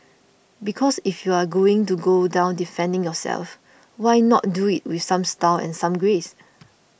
because if you are going to go down defending yourself why not do it with some style and some grace